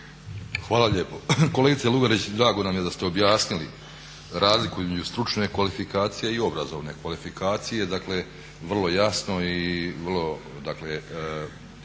Hvala lijepo. Kolegice Lugarić drago nam je da ste objasnili razliku između stručne kvalifikacije i obrazovne kvalifikacije, dakle vrlo jasno i vrlo dakle